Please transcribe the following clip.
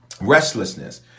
Restlessness